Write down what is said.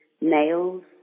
nails